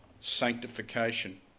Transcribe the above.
sanctification